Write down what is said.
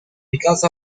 because